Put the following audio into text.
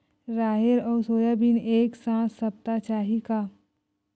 राहेर अउ सोयाबीन एक साथ सप्ता चाही का?